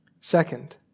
Second